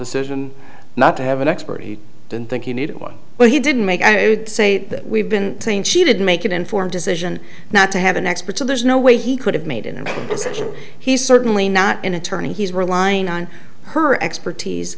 decision not to have an expert he didn't think he needed one well he didn't make i say that we've been saying she did make an informed decision not to have an expert so there's no way he could have made in a decision he's certainly not an attorney he's relying on her expertise